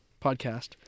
podcast